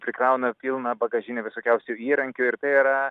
prikrauna pilną bagažinę visokiausių įrankių ir tai yra